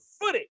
footage